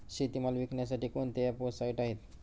शेतीमाल विकण्यासाठी कोणते ॲप व साईट आहेत?